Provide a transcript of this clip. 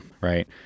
right